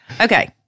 Okay